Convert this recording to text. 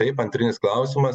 taip antrinis klausimas